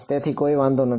તેથી કોઈ વાંધો નથી